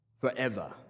forever